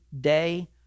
day